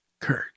Kurt